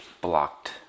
blocked